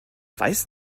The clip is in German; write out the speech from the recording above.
weißt